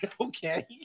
Okay